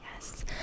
Yes